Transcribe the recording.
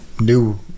new